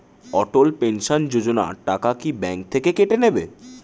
অটল pension Yojana টাকা কি bank থেকে কেটে নেবে?